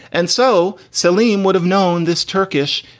and so selim would have known this turkish,